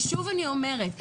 ושוב אני אומרת,